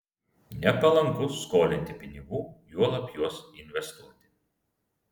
nepalanku skolinti pinigų juolab juos investuoti